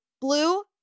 blue